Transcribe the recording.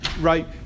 right